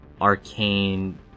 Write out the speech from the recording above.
arcane